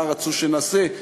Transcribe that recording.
מה רצו שנעשה?